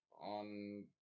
on